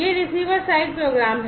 यह receiver side program है